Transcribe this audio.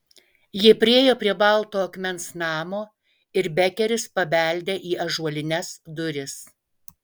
jie priėjo prie balto akmens namo ir bekeris pabeldė į ąžuolines duris